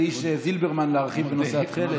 כאיש זילברמן, להרחיב בנושא התכלת?